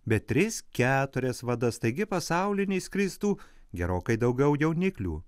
bet tris keturias vadas taigi pasaulin išskristų gerokai daugiau jauniklių